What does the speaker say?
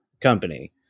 company